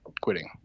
quitting